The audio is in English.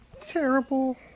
Terrible